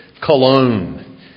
cologne